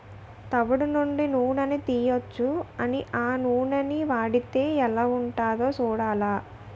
తవుడు నుండి నూనని తీయొచ్చు ఆ నూనని వాడితే ఎలాగుంటదో సూడాల